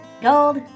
gold